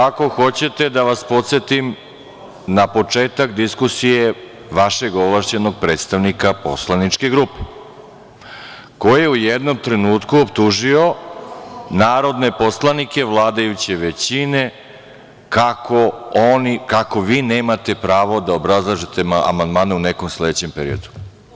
Ako hoćete da vas podsetim na početak diskusije vašeg ovlašćenog predstavnika poslaničke grupe koji je u jednom trenutku optužio narodne poslanike vladajuće većine kako vi nemate pravo da obrazlažete amandmane u nekom sledećem periodu.